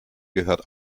gehört